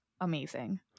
amazing